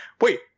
wait